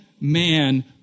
man